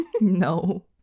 No